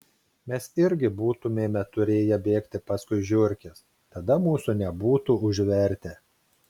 mes irgi būtumėme turėję bėgti paskui žiurkes tada mūsų nebūtų užvertę